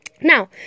Now